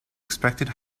expected